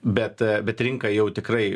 bet bet rinka jau tikrai